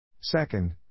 Second